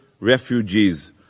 refugees